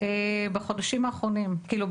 בחודשים האחרונים.